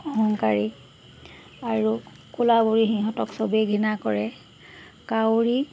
কাউৰী আৰু ক'লা বুলি সিহঁতক চবেই ঘৃণা কৰে কাউৰী